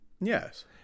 Yes